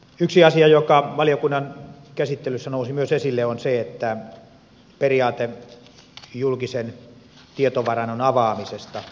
yksi asia joka valiokunnan käsittelyssä nousi myös esille on periaate julkisen tietovarannon avaamisesta yleiseen käyttöön